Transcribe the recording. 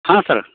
ಹಾಂ ಸರ